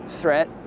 threat